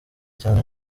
cyane